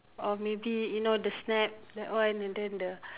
or maybe you know the snap that one and then the